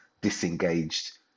disengaged